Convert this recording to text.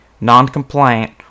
non-compliant